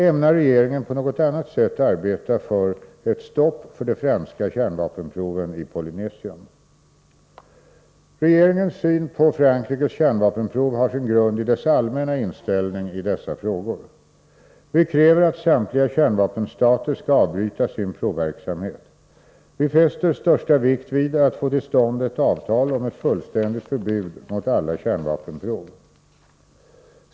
— Ämnar regeringen på något annat sätt arbeta för ett stopp för de franska kärnvapenproven i Polynesien? Regeringens syn på Frankrikes kärnvapenprov har sin grund i regeringens allmänna inställning i dessa frågor. Vi kräver att samtliga kärnvapenstater skall avbryta sin provverksamhet. Vi fäster största vikt vid att få till stånd ett avtal om ett fullständigt förbud mot alla kärnvapenprov.